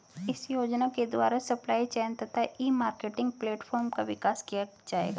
इस योजना के द्वारा सप्लाई चेन तथा ई मार्केटिंग प्लेटफार्म का विकास किया जाएगा